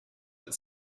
but